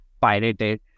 pirated